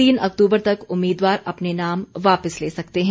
तीन अक्तूबर तक उम्मीदवार अपने नाम वापिस ले सकते हैं